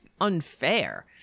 unfair